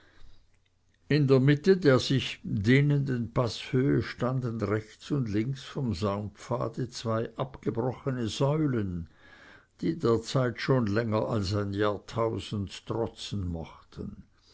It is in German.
in der mitte der sich dehnenden paßhöhe standen rechts und links vom saumpfade zwei abgebrochene säulen die der zeit schon länger als ein jahrtausend trotzen mochten